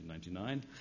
1999